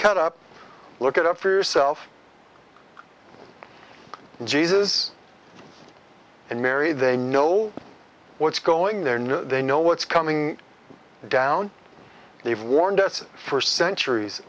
cut up look it up yourself jesus and mary they know what's going their news they know what's coming down they've warned us for centuries